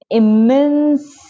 immense